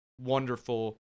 wonderful